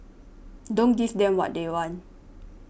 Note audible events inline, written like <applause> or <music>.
<noise> don't give them what they want